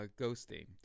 ghosting